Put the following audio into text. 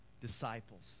disciples